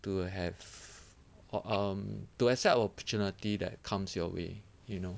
to have or um to accept opportunity that comes your way you know